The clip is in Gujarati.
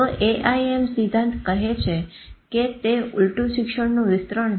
તો AIM સિદ્ધાંત કહે છે કે તે ઉલટું શિક્ષણનું વિસ્તરણ છે